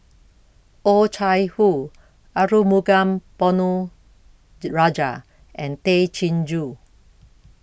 Oh Chai Hoo Arumugam Ponnu Rajah and Tay Chin Joo